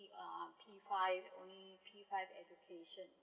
uh P five only P five education